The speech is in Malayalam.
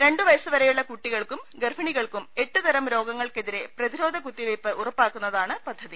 രണ്ടു പ്രയസ്സുവരെയുള്ള കുട്ടികൾക്കും ഗർഭിണി കൾക്കും എട്ട് തരം രോഗങ്ങൾക്കെതിരെ പ്രതിരോധ കുത്തിവെപ്പ് ഉറപ്പാക്കുന്നതാണ് പദ്ധതി